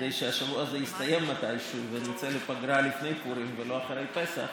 כדי שהשבוע הזה יסתיים מתישהו ונצא לפגרה לפני פורים ולא אחרי פסח,